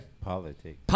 Politics